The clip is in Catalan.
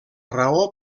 raó